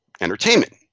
entertainment